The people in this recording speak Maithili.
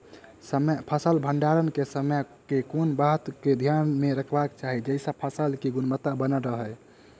फसल भण्डारण केँ समय केँ कुन बात कऽ ध्यान मे रखबाक चाहि जयसँ फसल केँ गुणवता बनल रहै?